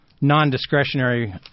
non-discretionary